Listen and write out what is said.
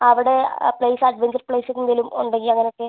അവിടെ place adventure place എന്തെങ്കിലും ഉണ്ടെങ്കിൽ അങ്ങനെ ഒക്കെ